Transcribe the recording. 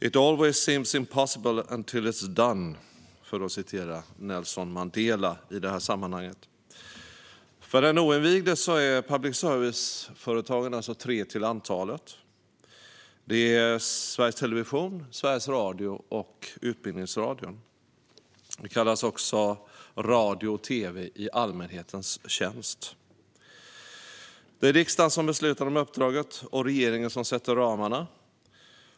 It always seems impossible until it's done, för att citera Nelson Mandela. För den oinvigde kan jag säga att public service-företagen är tre till antalet: Sveriges Television, Sveriges Radio och Utbildningsradion. Det kallas också radio och tv i allmänhetens tjänst. Det är riksdagen som beslutar om uppdraget och regeringen som sätter ramarna.